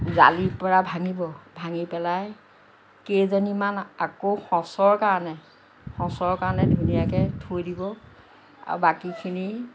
জালি পৰা ভাঙিব ভাঙি পেলাই কেইজনীমান আকৌ সঁচৰ কাৰণে সঁচৰ কাৰণে ধুনীয়াকৈ থৈ দিব আৰু বাকীখিনি